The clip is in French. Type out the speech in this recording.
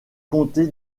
comté